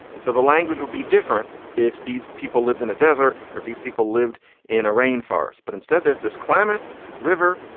and so the language would be different if these people lived in a desert or if these people lived in a rainforest. but instead, there's this klamath river.